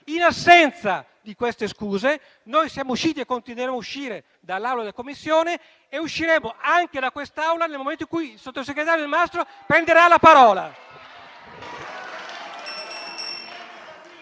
In assenza di queste scuse, siamo usciti e continueremo a uscire dall'Aula della Commissione, e usciremo anche da quest'Aula nel momento in cui il sottosegretario Delmastro Delle Vedove prenderà la parola.